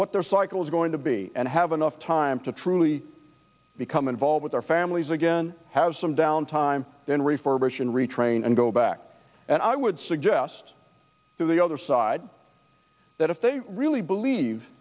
what their cycle is going to be and have enough time to truly become involved with their families again have some downtime in refurbish and retrain and go back and i would suggest to the other side that if they really believe